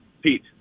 Pete